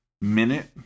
minute